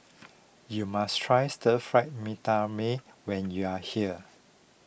you must try Stir Fry Mee Tai Mak when you are here